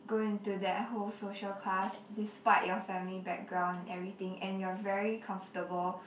go into that whole social class despite your family background everything and you're very comfortable